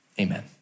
Amen